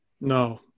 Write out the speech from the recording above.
No